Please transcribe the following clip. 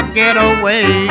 getaway